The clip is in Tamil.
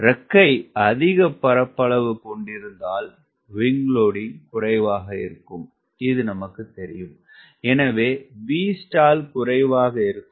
இறக்கை அதிகப் பரப்பளவுக் கொண்டிருந்தால் விங்க் லோடிங்க் குறைவாகவிருக்கும் எனவே Vstall குறைவாக இருக்கும்